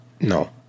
No